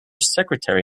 secretary